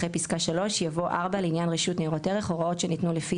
אחרי פסקה (3) יבוא: (4) לעניין רשות ניירות ערך הוראות שניתנו לפי